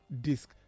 disc